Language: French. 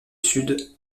sud